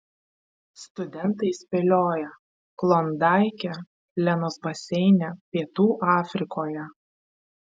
studentai spėlioja klondaike lenos baseine pietų afrikoje